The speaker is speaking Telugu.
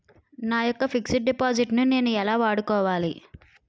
నా యెక్క ఫిక్సడ్ డిపాజిట్ ను నేను ఎలా వాడుకోవాలి?